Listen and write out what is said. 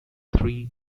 three